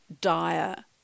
dire